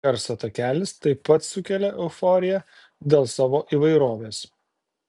garso takelis taip pat sukelia euforiją dėl savo įvairovės